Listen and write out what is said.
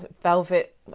velvet